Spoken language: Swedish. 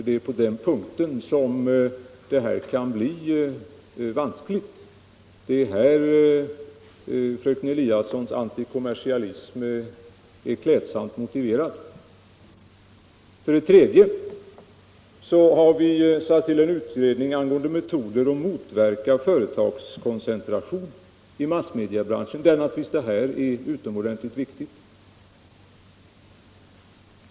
Det är på den punkten frågan om videogram kan bli vansklig, och det är här fröken Eliassons antikommersialism är klädsamt motiverad. För det tredje har vi tillsatt en utredning angående metoder för att motverka företagskoncentration i massmediabranschen, där naturligtvis det område vi nu diskuterar är utomordentligt viktigt.